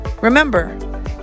Remember